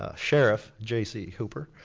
ah sheriff j c. hooper,